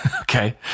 Okay